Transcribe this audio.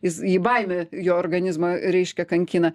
jis jį baimę jo organizmą reiškia kankina